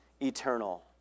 eternal